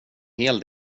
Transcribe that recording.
hel